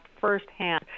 firsthand